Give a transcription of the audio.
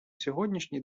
сьогоднішній